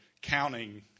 counting